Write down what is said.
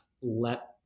let